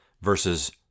versus